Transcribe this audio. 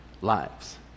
lives